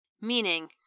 meaning